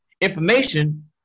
information